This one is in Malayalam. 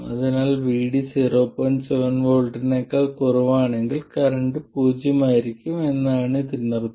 7 V നേക്കാൾ കുറവാണെങ്കിൽ കറന്റ് പൂജ്യമായിരിക്കും എന്നാണ് ഇതിനർത്ഥം